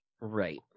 Right